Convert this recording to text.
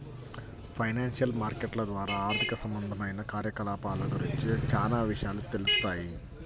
financial మార్కెట్ల ద్వారా ఆర్థిక సంబంధమైన కార్యకలాపాల గురించి చానా విషయాలు తెలుత్తాయి